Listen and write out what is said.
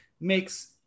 makes